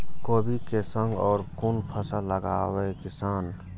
कोबी कै संग और कुन फसल लगावे किसान?